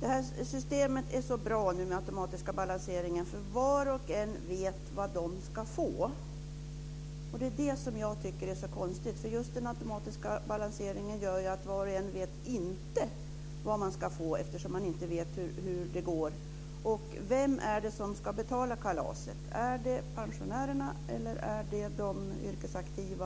nämligen att systemet med den automatiska balansering är så bra, eftersom var och en vet vad de ska få. Det tycker jag är så konstigt. Den automatiska balanseringen gör ju att var och en inte vet vad de ska få, eftersom man inte vet hur det går. Vem är det som ska betala kalaset? Är det pensionärerna eller de yrkesaktiva?